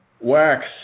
wax